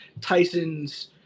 Tyson's